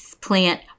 plant